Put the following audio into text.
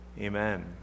Amen